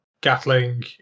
Gatling